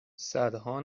صدها